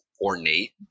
ornate